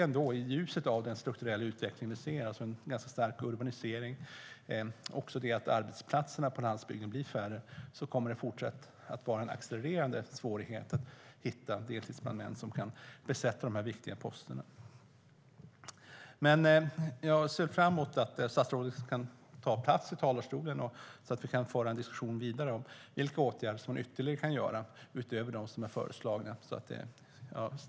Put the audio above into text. I ljuset av den strukturella utveckling vi ser - en ganska kraftig urbanisering och en minskning av arbetsplatser på landsbygden - kommer det att bli allt svårare att hitta deltidsbrandmän som kan besätta de viktiga posterna. Jag ser fram emot en fortsatt diskussion med statsrådet om vilka ytterligare åtgärder som kan vidtas, utöver de som föreslagits.